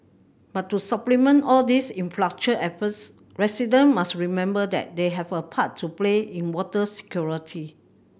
but to supplement all these infrastructure efforts resident must remember that they have a part to play in water security